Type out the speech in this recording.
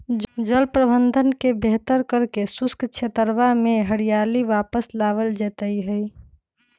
जल प्रबंधन के बेहतर करके शुष्क क्षेत्रवा में हरियाली वापस लावल जयते हई